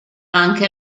anche